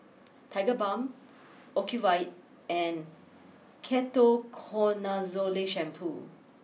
Tigerbalm Ocuvite and Ketoconazole Shampoo